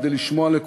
כדי לשמוע את כולם.